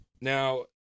Now